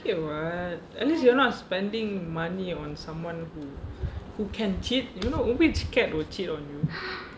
okay [what] at least you're not spending money on someone who who can cheat you know which cat would cheat on you